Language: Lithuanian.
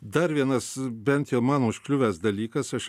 dar vienas bent jau man užkliuvęs dalykas aš